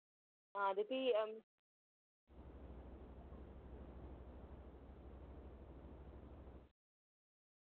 हां ते फ्ही